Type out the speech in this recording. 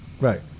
Right